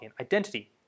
identity